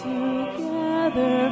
together